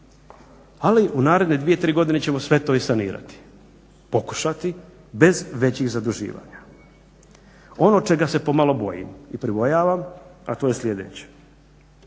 Ali u naredne dvije, tri godine ćemo sve to i sanirati, pokušati bez većih zaduživanja. Ono čega se pomalo bojim i pribojavam, a to je sljedeće.